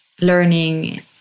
learning